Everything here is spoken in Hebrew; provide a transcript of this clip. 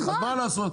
אז מה לעשות?